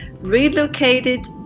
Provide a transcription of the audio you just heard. relocated